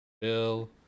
Bill